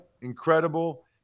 Incredible